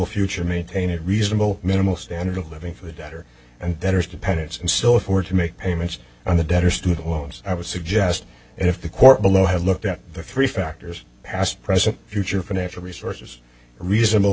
future maintain a reasonable minimal standard of living for the debtor and debtors dependents and so forth to make payments on the debt or student loans i would suggest if the court below had looked at the three factors past present future financial resources reasonable